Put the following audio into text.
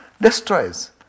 destroys